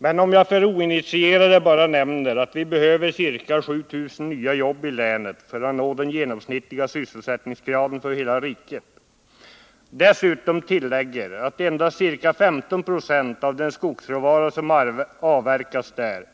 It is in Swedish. Men om jag för de oinitierade inte bara nämner att vi behöver ca 7 000 nya jobb i länet för att nå den genomsnittliga sysselsättningsgraden för hela riket, utan dessutom tillägger att endast ca 15 20 av den skogsråvara som avverkas där